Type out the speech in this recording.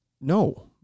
No